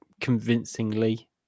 convincingly